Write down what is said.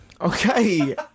Okay